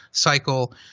cycle